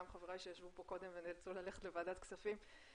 של חבריי שישבו פה קודם ונאלצו ללכת לוועדת כספים,